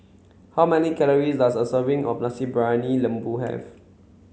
how many calories does a serving of Nasi Briyani Lembu have